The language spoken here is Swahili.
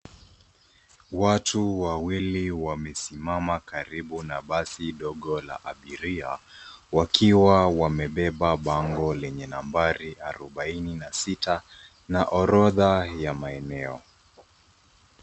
Watu wawili wamesimama karibu na basi dogo la abiria, wakiwa wamebeba bango lenye nambari arubaine na sita na orodha ya maeneo.